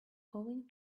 going